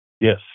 Yes